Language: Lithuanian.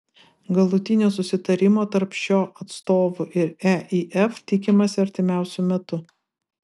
galutinio susitarimo tarp šio atstovų ir eif tikimasi artimiausiu metu